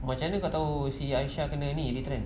macam mana kau tahu si aisha kena ni retrench